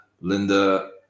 linda